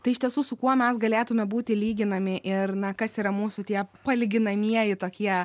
tai iš tiesų su kuo mes galėtume būti lyginami ir na kas yra mūsų tie palyginamieji tokie